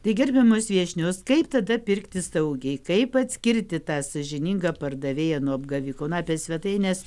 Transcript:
tai gerbiamas viešnios kaip tada pirkti saugiai kaip atskirti tą sąžiningą pardavėją nuo apgaviko na apie svetaines